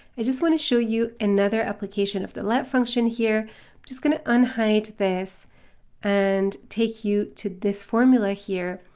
i just want to show you another application of the let function here, i'm but just going to unhide this and take you to this formula here,